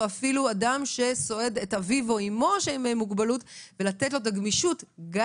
או אפילו אדם שסועד את אביו ואמו שהם עם מוגבלות ולתת לו את הגמישות גם